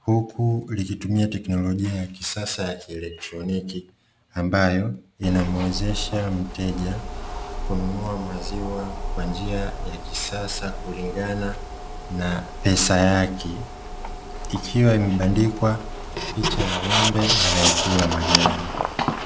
huku likitumia teknolojia ya kisasa ya kielektroniki, ambayo inamwezesha mteja kununua maziwa kwa njia ya kisasa kulingana na pesa yake ikiwa imebandikwa picha ya ng'ombe anayekula majani.